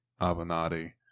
avenatti